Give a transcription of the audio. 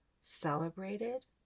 celebrated